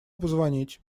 позвонить